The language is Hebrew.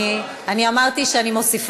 התשע"ה